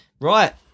Right